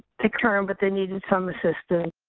like turn but they needed some assistance.